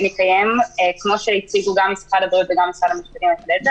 כמו שהציגו משרדי הבריאות והמשפטים וסוכם עם רח"ל,